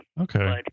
Okay